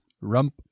rump